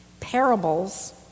Parables